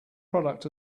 product